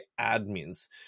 admins